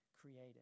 created